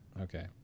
Okay